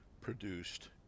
produced